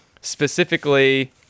Specifically